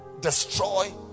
Destroy